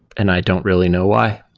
and i don't really know why.